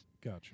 Gotcha